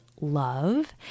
Love